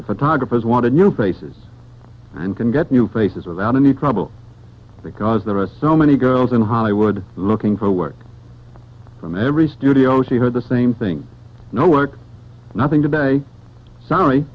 the photographers want to new places and can get new faces without any trouble because there are so many girls in hollywood looking for work from every studio she had the same thing no work nothing today sorry